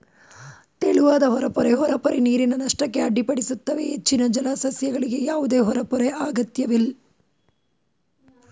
ತೆಳುವಾದ ಹೊರಪೊರೆ ಹೊರಪೊರೆ ನೀರಿನ ನಷ್ಟಕ್ಕೆ ಅಡ್ಡಿಪಡಿಸುತ್ತವೆ ಹೆಚ್ಚಿನ ಜಲಸಸ್ಯಗಳಿಗೆ ಯಾವುದೇ ಹೊರಪೊರೆ ಅಗತ್ಯವಿಲ್ಲ